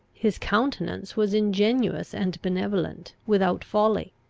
his countenance was ingenuous and benevolent, without folly.